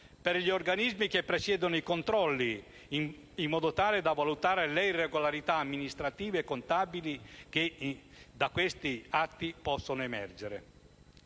per gli organismi che presiedono i controlli, in modo tale da valutare le irregolarità amministrative e contabili che da questi atti possono emergere.